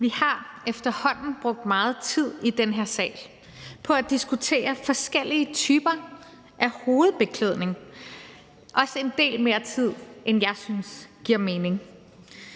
Vi har efterhånden brugt meget tid i den her sal på at diskutere forskellige typer af hovedbeklædning, også en del mere tid, end jeg synes giver mening.